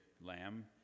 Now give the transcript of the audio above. Lamb